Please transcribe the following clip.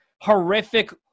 horrific